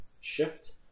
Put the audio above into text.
shift